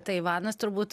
taivanas turbūt